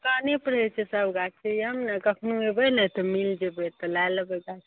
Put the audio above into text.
दोकाने पर रहै छै सब गाछ यऽ मे ने कखनो अयबै ने तऽ मिल जेबै तऽ लए लेबै गाछ